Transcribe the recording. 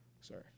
Sorry